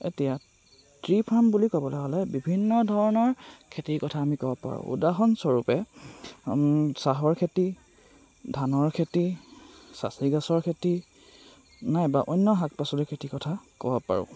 এতিয়া tree farm বুলি ক'বলৈ হ'লে বিভিন্ন ধৰণৰ খেতিৰ কথা আমি ক'ব পাৰোঁ উদাহৰণস্বৰূপে চাহৰ খেতি ধানৰ খেতি চাচি গছৰ খেতি নাইবা অন্য শাক পাচলিৰ খেতিৰ কথা ক'ব পাৰোঁ